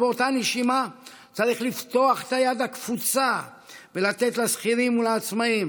ובאותה נשימה צריך לפתוח את היד הקפוצה ולתת לשכירים ולעצמאים